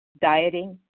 Dieting